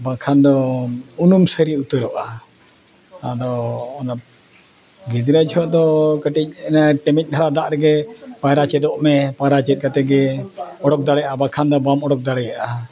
ᱵᱟᱠᱷᱟᱱ ᱫᱚ ᱩᱱᱩᱢ ᱥᱟᱹᱨᱤ ᱩᱛᱟᱹᱨᱚᱜᱼᱟ ᱟᱫᱚ ᱚᱱᱟ ᱜᱤᱫᱽᱨᱟᱹ ᱡᱚᱠᱷᱚᱱ ᱫᱚ ᱠᱟᱹᱴᱤᱡ ᱚᱱᱟ ᱴᱮᱢᱤᱡ ᱫᱷᱟᱨᱟ ᱫᱟᱜ ᱨᱮᱜᱮ ᱯᱟᱭᱨᱟ ᱪᱮᱫᱚᱜ ᱢᱮ ᱯᱟᱭᱨᱟ ᱪᱮᱫ ᱠᱟᱛᱮᱫ ᱜᱮ ᱩᱰᱩᱠ ᱫᱟᱲᱮᱭᱟᱜᱼᱟ ᱵᱟᱠᱷᱟᱱ ᱫᱚ ᱵᱟᱢ ᱩᱰᱩᱠ ᱫᱟᱲᱮᱭᱟᱜᱼᱟ